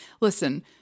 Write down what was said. listen